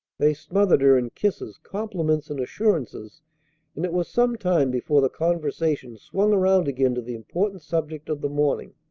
they smothered her in kisses, compliments, and assurances and it was some time before the conversation swung around again to the important subject of the morning.